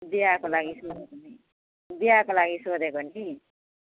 बिहाको लागि सोधेको नि बिहाको लागि सोधेको नि